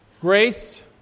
grace